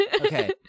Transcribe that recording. Okay